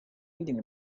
reading